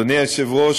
אדוני היושב-ראש,